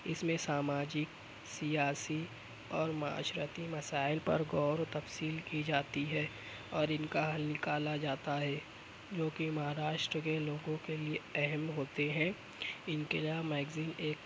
اس میں ساماجک سیاسی اور معاشرتی مسائل پر غور و تفصیل کی جاتی ہے اور ان کا حل نکالا جاتا ہے جوکہ مہاراشٹر کے لوگوں کے لیے اہم ہوتے ہیں ان کے یہاں میگزین ایک